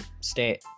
stay